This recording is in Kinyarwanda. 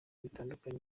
bitandukanye